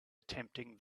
attempting